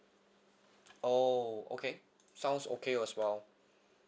oh okay sounds okay as well